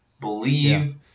believe